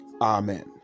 Amen